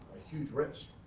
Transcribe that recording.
a huge risk.